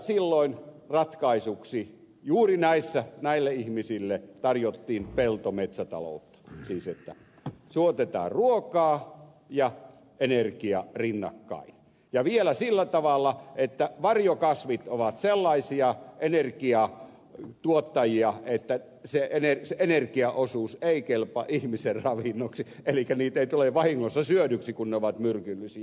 silloin ratkaisuksi juuri näissä asioissa näille ihmisille tarjottiin peltometsätaloutta siis että tuotetaan ruokaa ja energiaa rinnakkain ja vielä sillä tavalla että varjokasvit ovat sellaisia energian tuottajia että se energiaosuus ei kelpaa ihmisen ravinnoksi elikkä niitä ei tule vahingossa syödyksi kun ne ovat myrkyllisiä